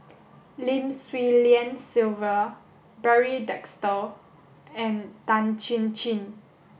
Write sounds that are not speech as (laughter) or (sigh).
Lim Swee Lian Sylvia Barry (unintelligible) and Tan Chin Chin